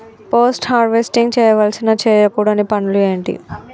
Post harvesting చేయవలసిన చేయకూడని పనులు ఏంటి?